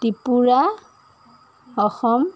Tripura Assam